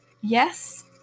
yes